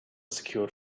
secured